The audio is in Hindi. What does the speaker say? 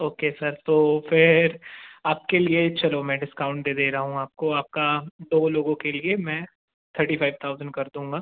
ओके सर तो फिर आपके लिए चलो मैं डिस्काउंट दे दे रहा हूँ आपको आपका दो लोगों के लिए मैं थर्टी फ़ाइव थाउज़ेंड कर दूँगा